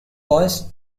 was